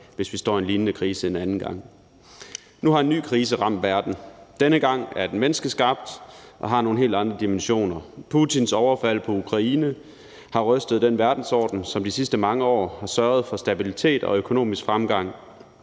hvis vi står i en lignende krise en anden gang. Nu har en ny krise ramt verden, og denne gang er den menneskeskabt og har nogle helt andre dimensioner. Putins overfald på Ukraine har rystet den verdensorden, som de sidste mange år har sørget for stabilitet og økonomisk fremgang.